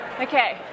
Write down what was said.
Okay